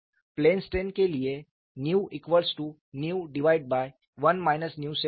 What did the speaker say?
plane strain के लिए 1 से बदलें